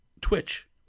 Twitch